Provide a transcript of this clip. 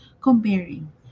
comparing